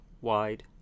wide